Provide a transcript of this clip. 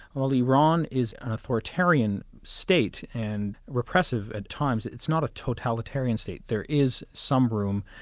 while iran is an authoritarian state and repressive at times, it's not a totalitarian state, there is some room,